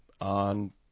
on